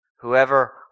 Whoever